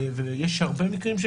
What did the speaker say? יש הרבה מקרים,